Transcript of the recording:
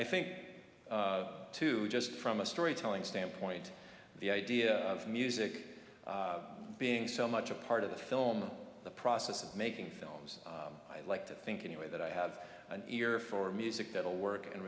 i think to just from a storytelling standpoint the idea of music being so much a part of the film the process of making films i like to think in a way that i have an ear for music that will work and